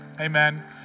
Amen